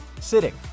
Sitting